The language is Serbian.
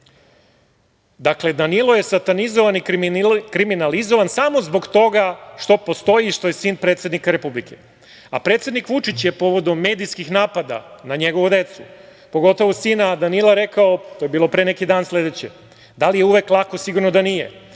Dakle, Danilo je satanizovan i kriminalizovan samo zbog toga što postoji i što je sin predsednika Republike. A predsednik Vučić je povodom medijskih napada na njegovu decu, pogotovo sina Danila, to je bilo pre neki dan, rekao sledeće: „Da li je uvek lako? Sigurno da nije,